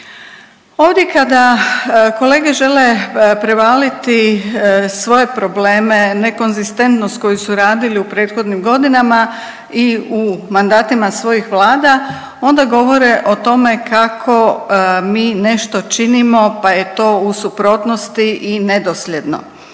Ovdje kada kolege žele prevaliti svoje probleme nekonzistentnost koju su radili u prethodnim godinama i u mandatima svojih vlada onda govore o tome kako mi nešto činimo pa je to u suprotnosti i nedosljedno.